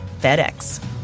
FedEx